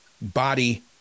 body